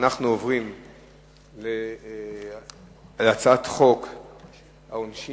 אנחנו עוברים להצעת חוק העונשין